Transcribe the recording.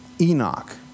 Enoch